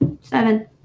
Seven